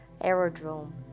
Aerodrome